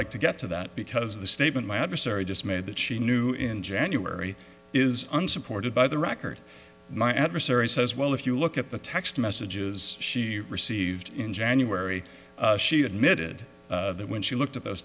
like to get to that because the statement my adversary just made that she knew in january is unsupported by the record my adversary says well if you look at the text messages she received in january she admitted that when she looked at those